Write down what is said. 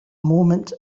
moment